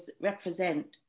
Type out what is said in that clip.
represent